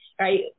Right